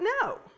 No